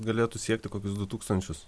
galėtų siekti kokius du tūkstančius